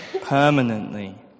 permanently